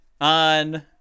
on